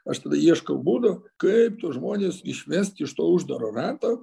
aš tada ieškau būdo kaip tuos žmones išvest iš to uždaro rato